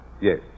Yes